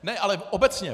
Ne, ale obecně.